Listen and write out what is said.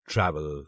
Travel